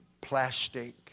plastic